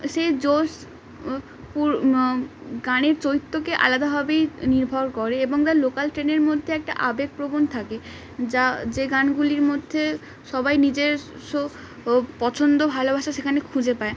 সেই জোশ গানের চরিত্রকে আলাদাভাবেই নির্ভর করে এবং তার লোকাল ট্রেনের মধ্যে একটা আবেগপ্রবণ থাকে যা যে গানগুলির মধ্যে সবাই নিজের স পছন্দ ভালোবাসা সেখানে খুঁজে পায়